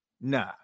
nah